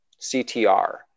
CTR